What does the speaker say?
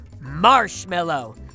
marshmallow